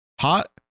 hot